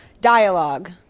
dialogue